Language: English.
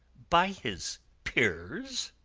by his peers?